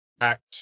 act